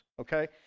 okay